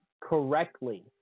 correctly